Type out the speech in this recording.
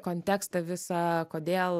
kontekstą visą kodėl